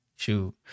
Shoot